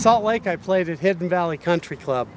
salt lake i played it hidden valley country club